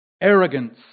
arrogance